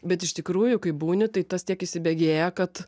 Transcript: bet iš tikrųjų kai būni tai tas tiek įsibėgėja kad